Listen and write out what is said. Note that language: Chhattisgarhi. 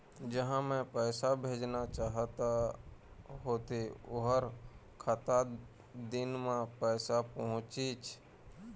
जहां मैं पैसा भेजना चाहत होथे ओहर कतका दिन मा पैसा पहुंचिस?